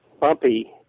bumpy